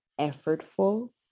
effortful